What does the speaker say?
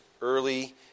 early